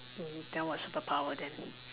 then what superpower then